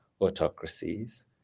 autocracies